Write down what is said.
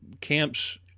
camps